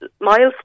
Milestone